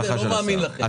לא מאמין לכם.